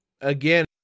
again